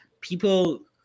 people